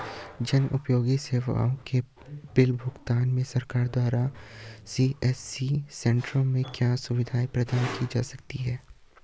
जन उपयोगी सेवाओं के बिल भुगतान में सरकार के द्वारा सी.एस.सी सेंट्रो को क्या क्या सुविधाएं प्रदान की जा रही हैं?